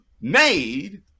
made